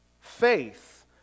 faith